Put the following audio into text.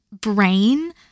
brain